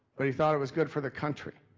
but he thought it was good for the country.